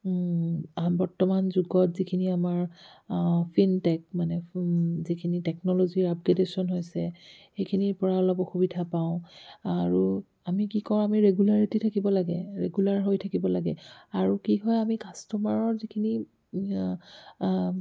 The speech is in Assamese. বৰ্তমান যুগত যোনখিনি আমাৰ প্ৰিণ্ট টেক মানে যিখিনি টেকনলজি আপগ্ৰেডেশ্যন হৈছে সেইখিনিৰপৰা অলপ অসুবিধা পাওঁ আৰু আমি কি কওঁ আৰু ৰেগুলাৰিটি থাকিব লাগে ৰেগুলাৰ হৈ থাকিব লাগে আৰু কি হয় আমি কাষ্টমাৰৰ যিখিনি